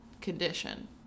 condition